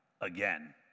again